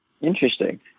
Interesting